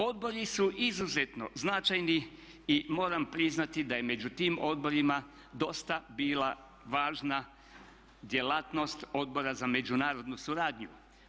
Odbori su izuzetno značajni i moram priznati da je među tim odborima dosta bila važna djelatnost Odbora za međunarodnu suradnju.